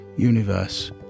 universe